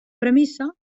premissa